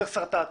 צריך שרטט.